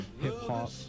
hip-hop